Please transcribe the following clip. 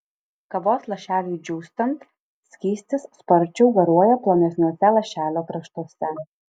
kavos lašeliui džiūstant skystis sparčiau garuoja plonesniuose lašelio kraštuose